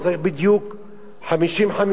או צריך בדיוק 50:50?